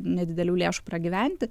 nedidelių lėšų pragyventi